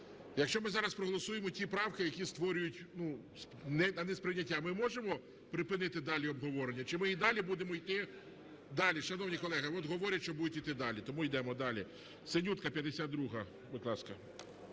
якщо ми зараз проголосуємо ті правки, які створюють несприйняття, ми можемо припинити далі обговорення? Чи ми і далі будемо іти? Далі, шановні колеги, от говорять, що будуть іти далі, тому йдемо далі. Синютка, 52-а, будь ласка.